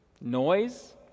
noise